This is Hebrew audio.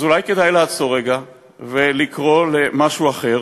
אז אולי כדאי לעצור רגע ולקרוא למשהו אחר?